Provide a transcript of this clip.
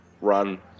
run